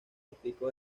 explicó